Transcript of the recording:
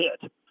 hit